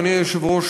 אדוני היושב-ראש,